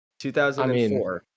2004